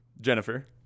Jennifer